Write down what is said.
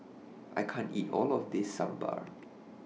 I can't eat All of This Sambar